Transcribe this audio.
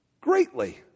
greatly